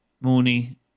Mooney